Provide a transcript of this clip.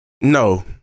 No